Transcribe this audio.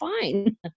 fine